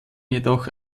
jedoch